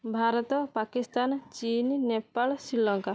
Bharat Pakistan Chin Nepal Sri Lanka